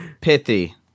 Pithy